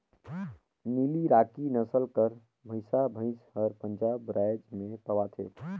नीली राकी नसल कर भंइसा भंइस हर पंजाब राएज में पवाथे